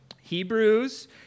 Hebrews